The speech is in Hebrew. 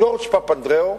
ג'ורג' פפנדראו,